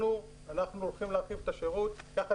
אנחנו הולכים להרחיב את השירות יחד